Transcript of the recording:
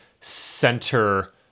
center